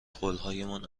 قولهایمان